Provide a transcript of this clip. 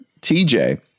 tj